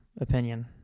opinion